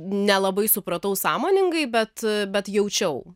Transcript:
nelabai supratau sąmoningai bet bet jaučiau